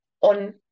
on